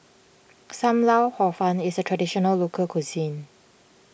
Sam Lau Hor Fun is a Traditional Local Cuisine